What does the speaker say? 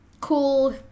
cool